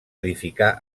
edificar